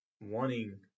wanting